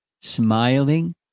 smiling